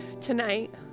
tonight